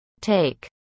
Take